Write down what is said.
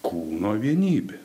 kūno vienybė